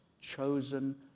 chosen